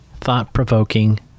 thought-provoking